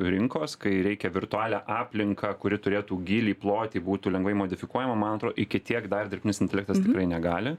rinkos kai reikia virtualią aplinką kuri turėtų gylį plotį būtų lengvai modifikuojama man atrodo iki tiek dar dirbtinis intelektas tikrai negali